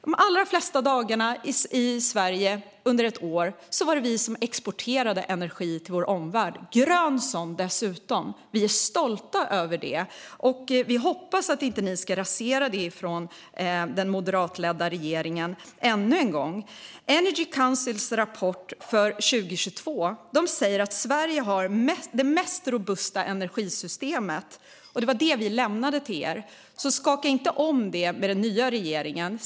De allra flesta dagarna under ett år var det Sverige som exporterade energi till vår omvärld, dessutom grön sådan. Vi är stolta över det, och vi hoppas att ni inte ska rasera det från den moderatledda regeringen ännu en gång. Energy Council säger i sin rapport för 2022 att Sverige har det mest robusta energisystemet i världen. Det var det vi lämnade till er. Så skaka inte om det med den nya regeringen!